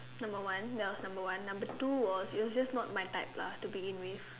number one that was number one number two was it was just not my type lah to begin with